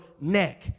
neck